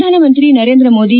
Pradhan Mantri Narendra Modi